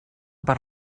per